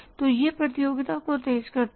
तो यह प्रतियोगिता को तेज करता है